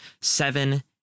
seven